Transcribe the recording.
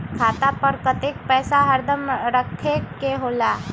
खाता पर कतेक पैसा हरदम रखखे के होला?